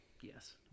yes